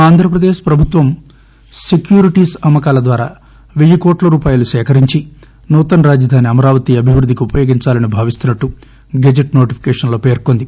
ఆంధ్రప్రదేశ్ ప్రభుత్వం సెక్యూరిటీస్ అమ్మకాల ద్వారా పెయ్యి కోట్ల రూపాయలు సేకరించి నూతన రాజధాని అమరావతి అభివృద్దికి ఉపయోగించాలని భావిస్తున్నట్లు గెజిట్ నోటిఫికేషన్ పేర్కొంది